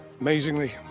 Amazingly